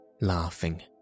laughing